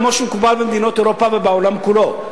כמו שמקובל במדינות אירופה ובעולם כולו,